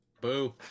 boo